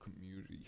community